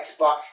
Xbox